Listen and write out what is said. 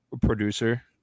producer